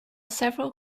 several